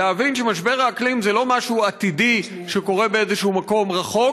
להבין שמשבר האקלים זה לא משהו עתידי שקורה באיזשהו מקום רחוק.